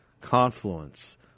confluence